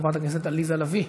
חברת הכנסת עליזה לביא,